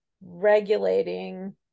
regulating